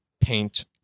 paint